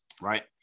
right